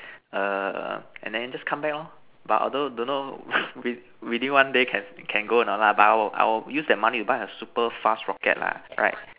err and then just come back lor but although don't know within within one day can can go or not lah but I'll I will use the money to buy a super fast rocket lah right